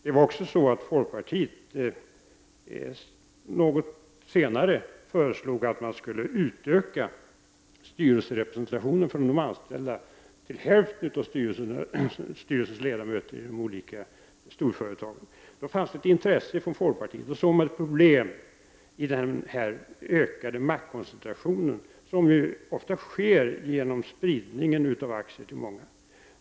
Folkpartiet föreslog också något senare att man skulle utöka styrelserepresentationen för de anställda till hälften av styrelsens ledamöter i storföretagen. Då fanns det ett intresse från folkpartiets sida. Då såg man ett problem i den ökande maktkoncentration som ofta sker genom spridning av aktier till många.